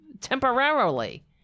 temporarily